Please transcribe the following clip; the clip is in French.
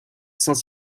saint